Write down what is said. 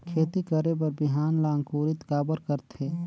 खेती करे बर बिहान ला अंकुरित काबर करथे?